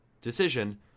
decision